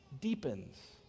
deepens